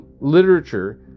literature